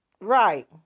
Right